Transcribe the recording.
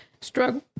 struggle